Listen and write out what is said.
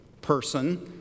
person